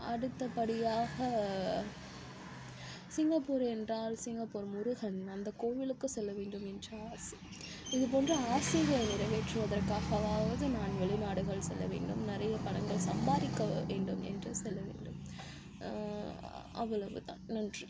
அடுத்த படியாக சிங்கப்பூர் என்றால் சிங்கப்பூர் முருகன் அந்த கோவிலுக்கு செல்ல வேண்டும் என்றஆசை இது போன்ற ஆசைகள் நிறைவேற்றுவதற்காகவாவது நான் வெளிநாடுகள் செல்ல வேண்டும் நிறைய பணங்கள் சம்பாதிக்க வேண்டும் என்று செல்ல வேண்டும் அவ்வளவு தான் நன்றி